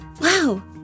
Wow